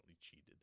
cheated